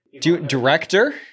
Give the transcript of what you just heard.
Director